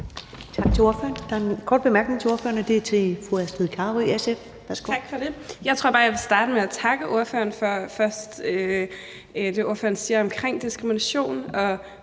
Tak til ordføreren. Der er nogle korte bemærkninger til ordføreren, og det er fra fru Astrid Carøe, SF. Værsgo. Kl. 20:57 Astrid Carøe (SF): Tak for det. Jeg tror bare, jeg vil starte med at takke ordføreren for det, ordføreren siger om diskrimination, og